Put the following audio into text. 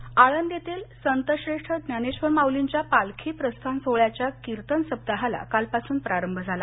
पालखी आळंदीतील संतश्रेष्ठ ज्ञानेश्वर माउलींच्या पालखी प्रस्थान सोहोळ्याच्या कीर्तन सप्ताहाला काल पासून प्रारंभ झाला